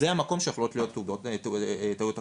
זה המקום שיכולות להיות טעויות הקלדה.